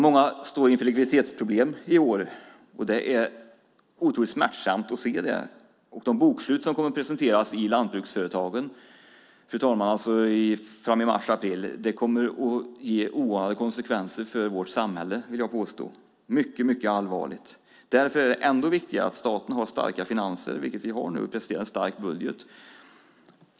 Många står inför likviditetsproblem i år. Det är otroligt smärtsamt att se det. De bokslut som kommer att presenteras i lantbruksföretagen i mars eller april kommer att få oanade konsekvenser för vårt samhälle, vill jag påstå. Det är mycket allvarligt. Därför är det ännu viktigare att staten har starka finanser, vilket vi har nu, och presenterar en stark budget.